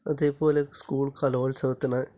അതേപോലെ സ്കൂൾ കലോത്സവത്തിന്